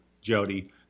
Jody